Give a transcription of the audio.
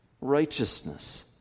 righteousness